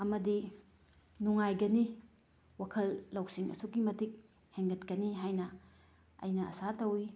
ꯑꯃꯗꯤ ꯅꯨꯡꯉꯥꯏꯒꯅꯤ ꯋꯥꯈꯜ ꯂꯧꯁꯤꯡ ꯑꯁꯨꯛꯀꯤ ꯃꯇꯤꯛ ꯍꯦꯟꯒꯠꯀꯅꯤ ꯍꯥꯏꯅ ꯑꯩꯅ ꯑꯥꯁꯥ ꯇꯧꯏ